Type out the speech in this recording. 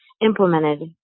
implemented